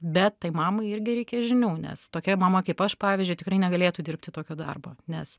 bet tai mamai irgi reikia žinių nes tokia mama kaip aš pavyzdžiui tikrai negalėtų dirbti tokio darbo nes